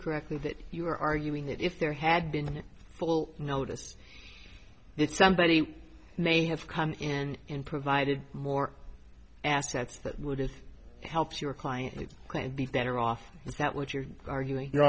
correctly that you were arguing that if there had been full notice that somebody may have come in and provided more assets that would have helped your client the client be better off is that what you're arguing your